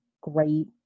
great